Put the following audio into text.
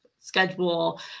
schedule